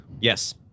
Yes